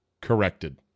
corrected